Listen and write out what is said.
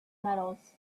metals